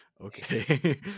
okay